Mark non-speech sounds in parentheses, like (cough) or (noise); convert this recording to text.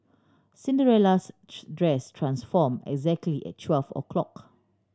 Cinderella's (unintelligible) dress transform exactly at twelve o'clock